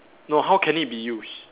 no how can it be used